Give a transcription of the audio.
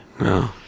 No